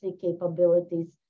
capabilities